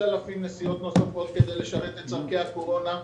5,000 נסיעות נוספות כדי לשרת את צורכי הקורונה.